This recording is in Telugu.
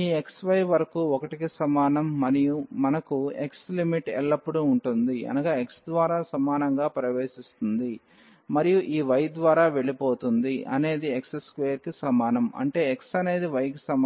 ఈ xy వరకు 1 కి సమానం మనకు x లిమిట్ ఎల్లప్పుడూ ఉంటుంది అనగా x ద్వారా సమానంగా ప్రవేశిస్తుంది మరియు ఈ y ద్వారా వెళ్లిపోతుంది అనేది x2 కి సమానం అంటే x అనేది y కి సమానం